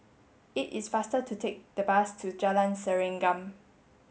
it is faster to take the bus to Jalan Serengam